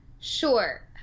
Sure